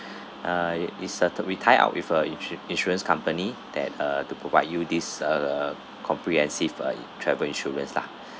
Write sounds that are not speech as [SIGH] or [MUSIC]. [BREATH] uh it's a we tie up with a ins~ insurance company that uh to provide you this uh comprehensive uh travel insurance lah